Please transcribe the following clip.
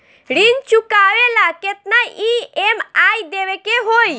ऋण चुकावेला केतना ई.एम.आई देवेके होई?